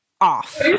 off